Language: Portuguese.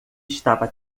estava